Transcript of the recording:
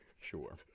sure